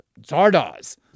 Zardoz